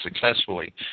successfully